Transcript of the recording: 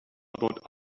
about